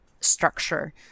structure